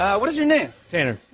what is your name? tanner.